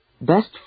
best